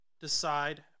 decide